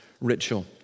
ritual